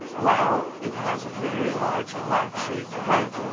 wow it has a very large block shaped head!